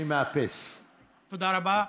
תודה רבה.